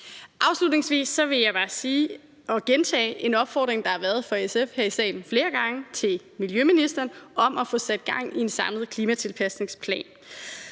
Afslutningsvis vil jeg bare gentage den opfordring, som SF er kommet med flere gange her i salen, til miljøministeren om at få sat gang i en samlet klimatilpasningsplan.